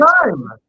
time